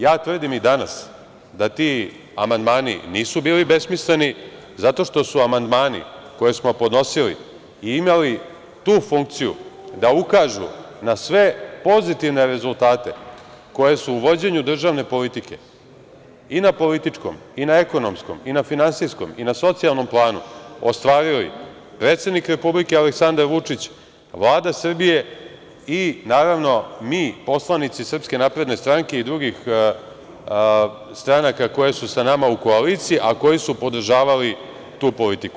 Ja tvrdim i danas da ti amandmani nisu bili besmisleni, zato što su amandmani koje smo podnosili imali tu funkciju da ukažu na sve pozitivne rezultate koje su u vođenju državne politike na političkom, ekonomskom, finansijskom i na socijalnom planu, ostvarili predsednik Republike Aleksandar Vučić, Vlada Srbije i naravno, mi, poslanici SNS i drugih stranaka koje su sa nama u koaliciji, a koji su podržavali tu politiku.